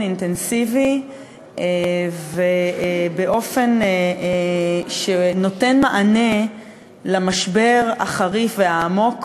אינטנסיבי ובאופן שנותן מענה למשבר החריף והעמוק